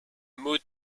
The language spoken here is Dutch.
moet